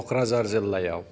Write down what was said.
क'क्राझार जिल्लायाव